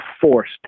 forced